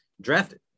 drafted